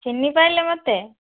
ଚିହ୍ନି ପାରିଲେ ମୋତେ